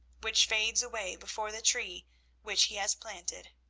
which fades away before the tree which he has planted.